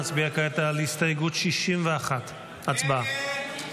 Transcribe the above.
נצביע כעת על הסתייגות 61. הצבעה.